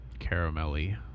caramelly